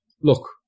look